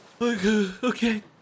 Okay